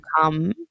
come